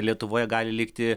lietuvoje gali likti